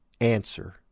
answer